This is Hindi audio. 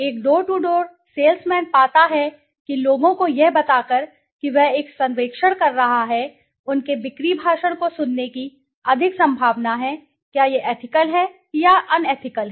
एक डोर टू डोर सेल्समैन पाता है कि लोगों को यह बताकर कि वह एक सर्वेक्षण कर रहा है उनके बिक्री भाषण को सुनने की अधिक संभावना है क्या यह एथिकल या अनएथिकल है